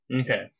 Okay